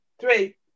three